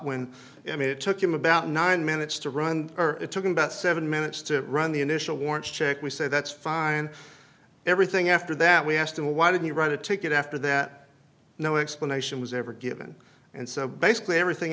when i mean it took him about nine minutes to run or it took about seven minutes to run the initial warrant check we said that's fine everything after that we asked him why did you write a ticket after that no explanation was ever given and so basically everything